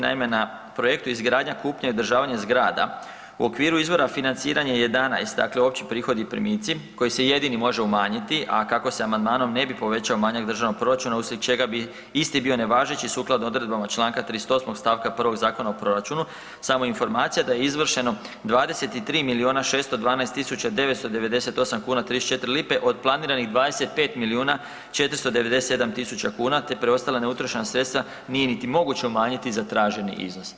Naime, na projektu izgradnja, kupnja i održavanje zgrada u okviru izvora financiranja 11, dakle opći prihodi i primici koji se jedini može umanjiti, a kako se amandmanom ne bi povećao manjak državnog proračuna uslijed čega bi isti bio nevažeći sukladno odredbama Članka 38. stavka 1. Zakona o proračunu, samo informacija da je izvršeno 23 miliona 612 tisuća 998 kuna 34 lipe od planiranih 25 miliona 497 tisuća kuna te preostala neutrošena sredstva nije niti moguće umanjiti za traženi iznos.